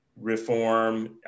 reform